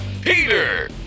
Peter